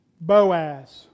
Boaz